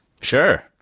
Sure